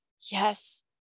yes